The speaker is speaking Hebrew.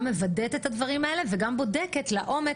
גם מוודאת את הדברים האלה וגם בודקת לעומק.